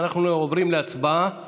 אנחנו עוברים להצבעה.